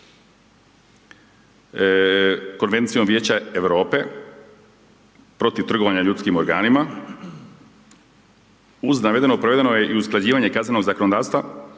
Konvencijom Vijeća Europe protiv trgovanja ljudskim organima. Uz navedeno provedeno je i usklađivanje kaznenog zakonodavstva,